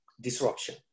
disruption